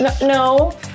no